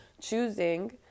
choosing